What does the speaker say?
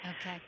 Okay